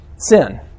Sin